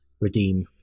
redeem